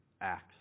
acts